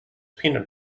peanut